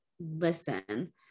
listen